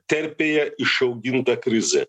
terpėje išauginta krizė